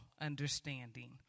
understanding